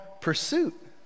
pursuit